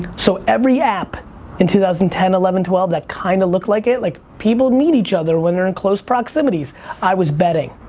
so every app in two thousand and ten, eleven, twelve that kind of looked like it. like people meet each other when they're in close proximities i was betting.